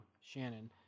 Shannon